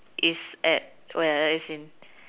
is at where as in